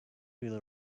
will